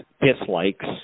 dislikes